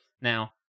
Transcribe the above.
Now